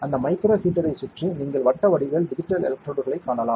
அந்த மைக்ரோ ஹீட்டரைச் சுற்றி நீங்கள் வட்ட வடிவில் டிஜிட்டல் எலக்ட்ரோடுகளைக் காணலாம்